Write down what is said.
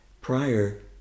prior